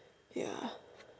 ya